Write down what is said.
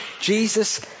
Jesus